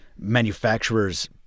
manufacturers